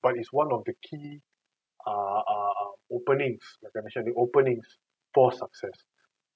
that is one of the key uh uh openings as I mentioned the openings for success